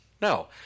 No